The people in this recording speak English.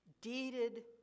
deeded